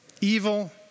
evil